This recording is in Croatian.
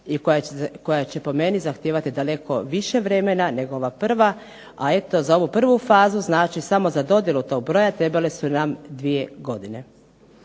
i koja će po meni zahtijevati daleko više vremena nego ova prva, a eto za ovu prvu fazu, znači samo za dodjelu tog broja trebale su nam dvije godine.